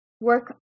Work